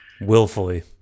willfully